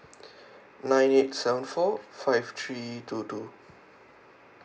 nine eight seven four five three two two